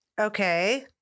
Okay